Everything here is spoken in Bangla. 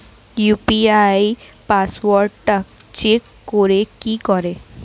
ইউ.পি.আই পাসওয়ার্ডটা চেঞ্জ করে কি করে?